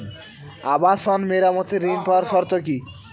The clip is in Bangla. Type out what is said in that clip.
আবাসন মেরামতের ঋণ পাওয়ার শর্ত কি?